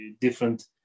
different